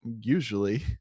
usually